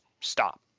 stop